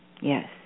yes